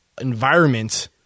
environment